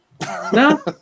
No